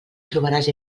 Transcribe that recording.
trobaràs